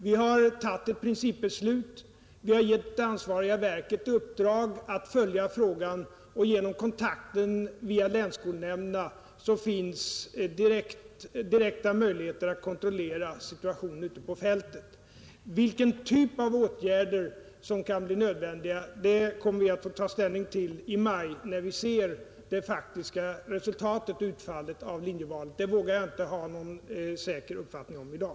Vi har fattat ett principbeslut, och vi har givit det ansvariga verket i uppdrag att följa frågan; genom kontakter med länsskolnämnderna finns direkta möjligheter att kontrollera situationen ute på fältet. Vilken typ av åtgärder som kan bli nödvändiga kommer vi att ta ställning till i maj, när vi ser det faktiska utfallet av linjevalet — det vågar jag inte ha någon säker uppfattning om i dag.